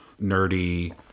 nerdy